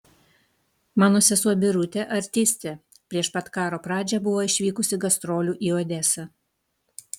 mano sesuo birutė artistė prieš pat karo pradžią buvo išvykusi gastrolių į odesą